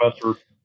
professor